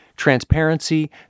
Transparency